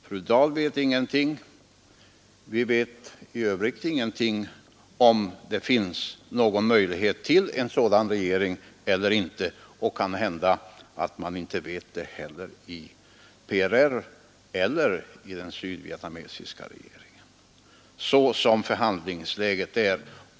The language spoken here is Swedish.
Fru Dahl vet ingenting, och vi andra vet heller ingenting, om huruvida det finns några möjligheter att bilda en sådan regering eller inte. Sådant som förhandlingsläget nu är vet man kanske inte det heller i PRR eller i den sydvietnamesiska regeringen.